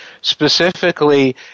specifically